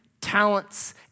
talents